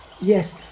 Yes